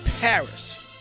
Paris